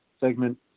segment